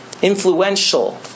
influential